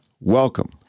welcome